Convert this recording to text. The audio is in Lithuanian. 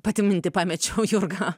pati mintį pamečiau jurga